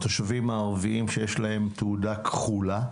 התושבים הערביים שיש להם תעודה כחולה,